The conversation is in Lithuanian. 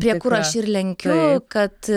prie kur aš ir lenkiu kad